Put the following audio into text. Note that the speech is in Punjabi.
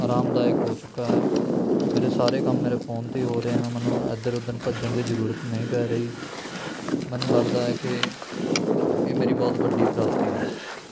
ਅਰਾਮਦਾਇਕ ਹੋ ਚੁੱਕਾ ਹੈ ਮੇਰੇ ਸਾਰੇ ਕੰਮ ਮੇਰੇ ਫ਼ੋਨ 'ਤੇ ਹੀ ਹੋ ਰਹੇ ਆ ਮੈਨੂੰ ਇੱਧਰ ਉੱਧਰ ਭੱਜਣ ਦੀ ਜ਼ਰੂਰਤ ਨਹੀਂ ਪੈ ਰਹੀ ਮੈਨੂੰ ਲੱਗਦਾ ਹੈ ਕਿ ਇਹ ਮੇਰੀ ਬਹੁਤ ਵੱਡੀ ਪ੍ਰਾਪਤੀ ਹੈ